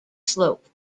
slope